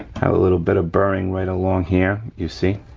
have a little bit of burring right along here you see,